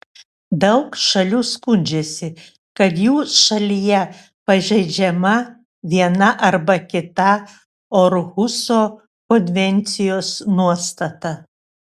daug šalių skundžiasi kad jų šalyje pažeidžiama viena arba kita orhuso konvencijos nuostata